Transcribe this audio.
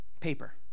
Paper